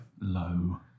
Low